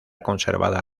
conservada